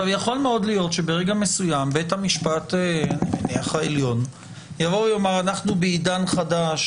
יכול מאוד להיות שברגע מסוים בית המשפט העליון יאמר שאנחנו בעידן חדש